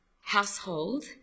household